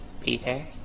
Peter